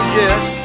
yes